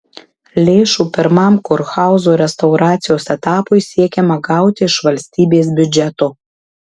lėšų pirmam kurhauzo restauracijos etapui siekiama gauti iš valstybės biudžeto